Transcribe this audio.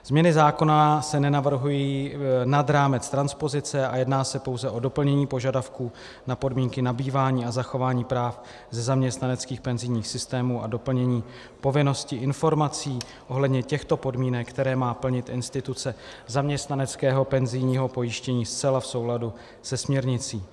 Změny zákona se nenavrhují nad rámec transpozice a jedná se pouze o doplnění požadavku na podmínky nabývání a zachování práv ze zaměstnaneckých penzijních systémů a doplnění povinnosti informací ohledně těchto podmínek, které má plnit instituce zaměstnaneckého penzijního pojištění zcela v souladu se směrnicí.